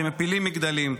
שמפילים מגדלים,